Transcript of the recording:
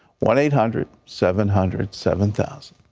one eight hundred seven hundred seven thousand,